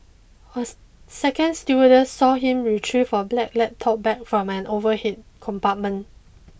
a second stewardess saw him retrieve a black laptop bag from an overhead compartment